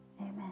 Amen